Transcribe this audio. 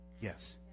Yes